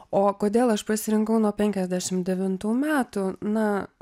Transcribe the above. o kodėl aš pasirinkau nuo penkiasdešimt devintų metų na